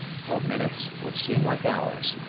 for minutes, which seemed like hours,